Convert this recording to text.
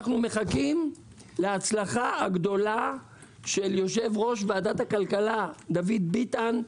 אנחנו מחכים להצלחה הגדולה של יושב-ראש ועדת הכלכלה דוד ביטן.